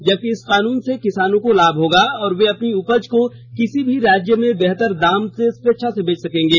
जबकि इस कानून से किसानों को लाभ होगा और वे अपनी ऊपज को किसी भी राज्यों में बेहतर दामों में अपनी स्वेच्छा से बेच सकेंगे